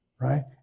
right